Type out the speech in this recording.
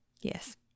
Yes